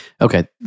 Okay